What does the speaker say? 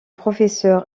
professeur